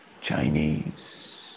Chinese